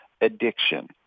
addiction